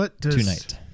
tonight